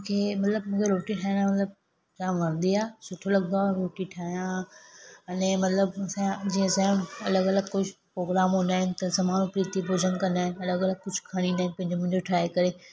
मूंखे मतिलब मूंखे रोटी ठाहिण मतिलब जाम वणंदी आहे सुठो लॻंदो आहे रोटी ठाहियां अने मतिलब असांजा जीअं असांजो अलॻि अलॻि कुझु प्रोग्राम हूंदा आहिनि त समारोह प्रिती पूजन कंदा आहिनि अलॻि अलॻि कुझु खणी ईंदा आहिनि पंहिंजो मुंहिंजो ठाहे करे